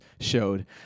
showed